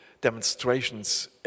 demonstrations